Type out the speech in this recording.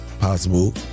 possible